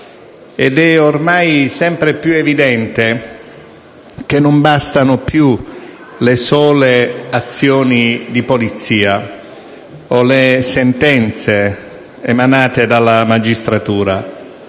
È ormai sempre più evidente che non bastano più le sole azioni di polizia o le sentenze emanate dalla magistratura.